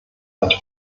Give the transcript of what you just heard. hat